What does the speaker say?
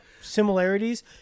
similarities